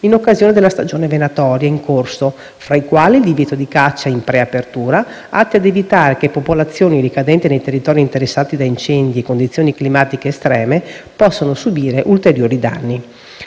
in occasione della stagione venatoria in corso, fra i quali il divieto di caccia in preapertura, atti ad evitare che popolazioni, ricadenti nei territori interessati da incendi e condizioni climatiche estreme, possano subire ulteriori danni.